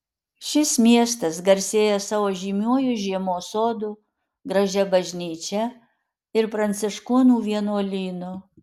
šis miestas garsėja savo žymiuoju žiemos sodu gražia bažnyčia ir pranciškonų vienuolynu